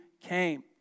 came